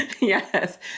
Yes